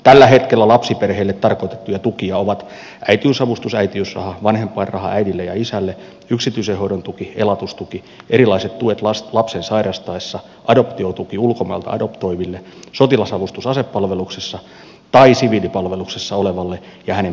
tällä hetkellä lapsiperheille tarkoitettuja tukia ovat äitiysavustus äitiysraha vanhempainraha äidille ja isälle yksityisen hoidon tuki elatustuki erilaiset tuet lapsen sairastaessa adoptiotuki ulkomailta adoptoiville sotilasavustus asepalveluksessa tai siviilipalveluksessa olevalle ja hänen perheelleen